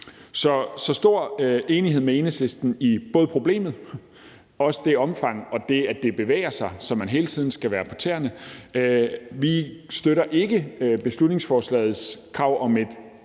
stor enighed med Enhedslisten i både problemet og i problemets omfang og i, at det bevæger sig, så man hele tiden skal være på tæerne. Vi støtter ikke beslutningsforslagets krav om et